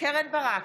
קרן ברק,